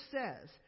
says